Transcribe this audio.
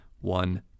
one